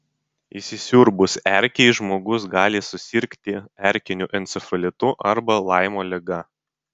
įsisiurbus erkei žmogus gali susirgti erkiniu encefalitu arba laimo liga